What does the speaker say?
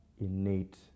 innate